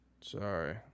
Sorry